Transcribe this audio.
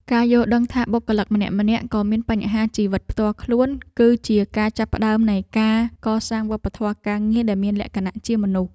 ការយល់ដឹងថាបុគ្គលិកម្នាក់ៗក៏មានបញ្ហាជីវិតផ្ទាល់ខ្លួន គឺជាការចាប់ផ្តើមនៃការកសាងវប្បធម៌ការងារដែលមានលក្ខណៈជាមនុស្ស។